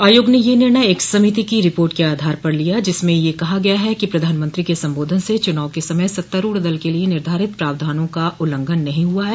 आयोग ने यह निर्णय एक समिति की रिपोर्ट के आधार पर लिया जिसमें कहा गया है कि प्रधानमंत्री के संबोधन से चुनाव के समय सत्तारुढ़ दल के लिए निर्धारित प्रावधानों का उल्लंघन नहीं हुआ है